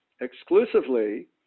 exclusively